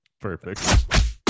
Perfect